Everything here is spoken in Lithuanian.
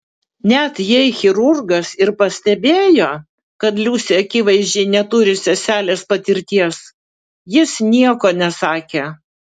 net jei chirurgas ir pastebėjo kad liusė akivaizdžiai neturi seselės patirties jis nieko nesakė